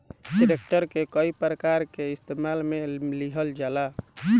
tractor के कई प्रकार के इस्तेमाल मे लिहल जाला